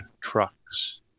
trucks